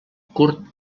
curt